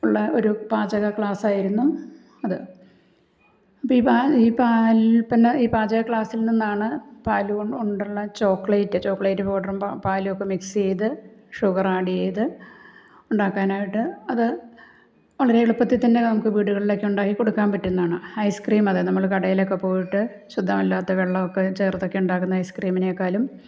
ഉള്ള ഒരു പാചക ക്ലാസ്സായിരുന്നു അത് അപ്പം ഈ പാല് ഈ പാലുത്പന്ന ഈ പാചക ക്ലാസ്സിൽ നിന്നാണ് പാലുകൊണ്ട് കൊണ്ടുള്ള ചോക്ലേറ്റ് ചോക്ലേറ്റ് പൗഡറും പാലുമൊക്കെ മിക്സ് ചെയ്ത് ഷുഗർ ആഡ് ചെയ്ത് ഉണ്ടാക്കാനായിട്ട് അത് വളരെ എളുപ്പത്തിൽ തന്നെ നമുക്ക് വീടുകളിലൊക്കെ ഉണ്ടാക്കി കൊടുക്കാൻ പറ്റുന്നതാണ് ഐസ് ക്രീമൊക്കെ നമ്മൾ കടയിലൊക്കെ പോയിട്ട് ശുദ്ധമല്ലാത്ത വെള്ളമൊക്കെ ചേർത്തുണ്ടാക്കുന്ന ഐസ് ക്രീമിനെക്കാളും